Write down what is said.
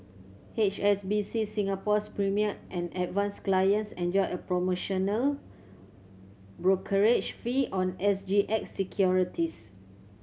H S B C Singapore's Premier and Advance clients enjoy a promotional brokerage fee on S G X securities